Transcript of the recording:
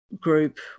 group